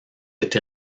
été